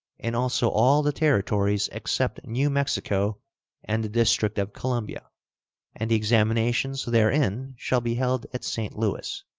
and also all the territories except new mexico and the district of columbia and the examinations therein shall be held at st. louis.